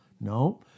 No